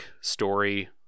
story